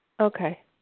okay